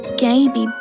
baby